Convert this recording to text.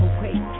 wait